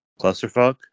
Clusterfuck